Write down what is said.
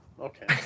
okay